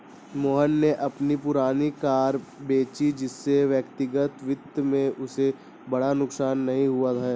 मोहन ने अपनी पुरानी कारें बेची जिससे व्यक्तिगत वित्त में उसे बड़ा नुकसान नहीं हुआ है